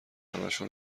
همشو